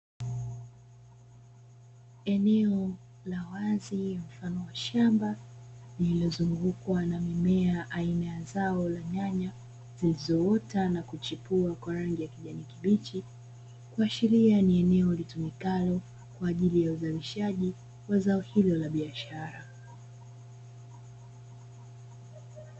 Eneo la wazi mfano wa shamba lililozungukwa na mimea aina ya zao la nyanya zilizoota na kuchipua kwa rangi ya kijani kibichi, kuashiria ni eneo litumikalo kwa ajili ya uzalishaji wa zao hilo la biashara.